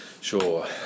Sure